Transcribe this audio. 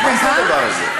לא,